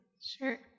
Sure